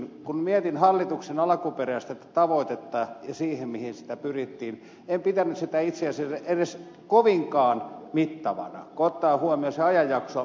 kun mietin hallituksen alkuperäistä tavoitetta ja sitä mihin sillä pyrittiin en pitänyt sitä itse asiassa edes kovinkaan mittavana kun ottaa huomioon sen ajanjakson millä sitä toteutettiin